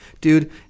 dude